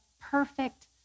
perfect